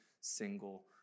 single